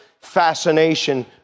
fascination